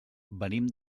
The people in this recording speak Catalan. venim